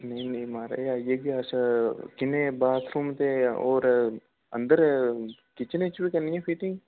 नेईं नेईं माराज आई जाह्गे अस किन्ने बाथरूम ते होर अंदर किचनै च बी करनी फिटिंग